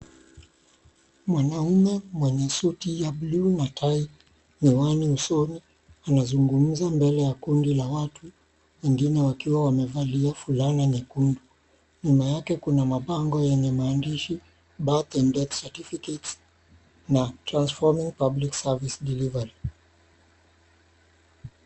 Mwanaume mwenye suti ya blu na tai, miwani usoni anazungumza mbele ya kundi la watu wengine wakiwa wamevalia fulana nyekundu nyuma yake kuna mabango lenye maandishi Birth and Death certificate na Transforming Public Service Delivery .